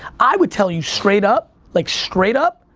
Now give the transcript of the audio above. i would tell you straight up like straight up,